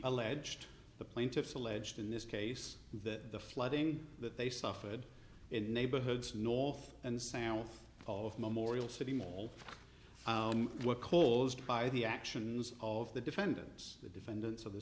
alleged the plaintiffs alleged in this case that the flooding that they suffered in neighborhoods north and south of memorial city mall were caused by the actions of the defendants the defendants of the